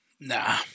Nah